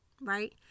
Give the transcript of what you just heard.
right